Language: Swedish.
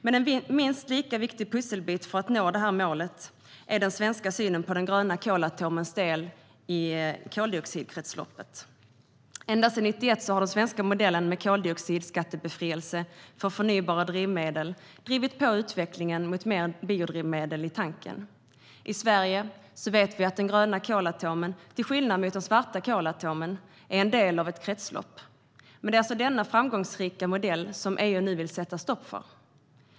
Men en minst lika viktig pusselbit för att nå målet är den svenska synen på den gröna kolatomens del i koldioxidkretsloppet. Ända sedan 1991 har den svenska modellen med koldioxidskattebefrielse för förnybara drivmedel drivit på utvecklingen mot mer biodrivmedel i tanken. I Sverige vet vi att den gröna kolatomen till skillnad mot den svarta kolatomen är en del av ett kretslopp. Men det är alltså denna framgångsrika modell som EU nu vill sätta stopp för.